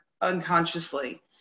unconsciously